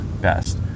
best